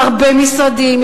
הרבה משרדים,